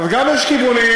אז גם יש כיוונים,